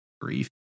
grief